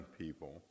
people